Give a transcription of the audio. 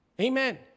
amen